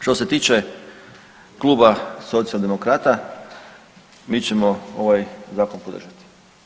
Što se tiče kluba Socijaldemokrata, mi ćemo ovaj zakon podržati.